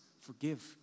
forgive